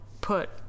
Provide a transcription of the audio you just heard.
put